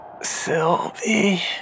Sylvie